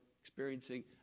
experiencing